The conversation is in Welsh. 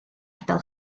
ardal